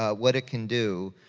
ah what it can do,